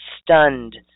stunned